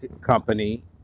company